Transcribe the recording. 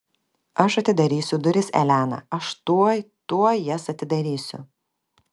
aš atidarysiu duris elena aš tuoj tuoj jas atidarysiu